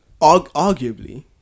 arguably